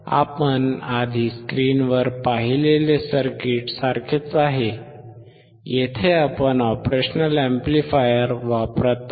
आपण आधी स्क्रीनवर पाहिलेल्या सर्किटसारखेच आहे येथे आपण ऑपरेशनल अॅम्प्लिफायर वापरत आहोत